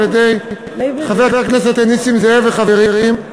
של חבר הכנסת נסים זאב וחברים.